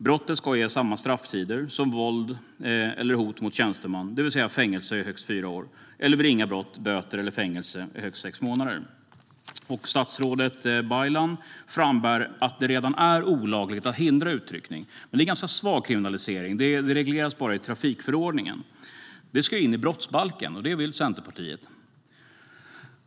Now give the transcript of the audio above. Brottet ska ge samma strafftider som våld eller hot mot tjänsteman, det vill säga fängelse i högst fyra år eller vid ringa brott böter eller fängelse i högst sex månader. Statsrådet Baylan frambär att det redan är olagligt att hindra utryckning. Men det är en ganska svag kriminalisering; det regleras bara i trafikförordningen. Centerpartiet vill att det ska föras in i brottsbalken.